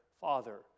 father